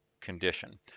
condition